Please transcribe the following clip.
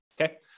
Okay